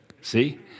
See